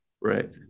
right